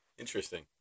Interesting